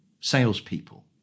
salespeople